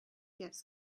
gifts